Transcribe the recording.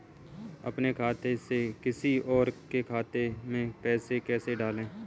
अपने खाते से किसी और के खाते में पैसे कैसे डालें?